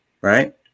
right